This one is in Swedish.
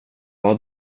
vad